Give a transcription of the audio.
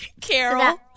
Carol